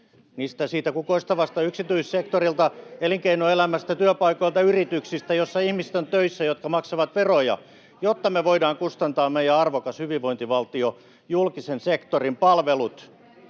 siltä kukoistavalta yksityissektorilta, elinkeinoelämästä, työpaikoilta, yrityksistä, [Välihuutoja vasemmalta — Hälinää] joissa on töissä ihmisiä, jotka maksavat veroja, jotta me voidaan kustantaa meidän arvokas hyvinvointivaltio, julkisen sektorin palvelut.